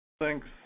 Thanks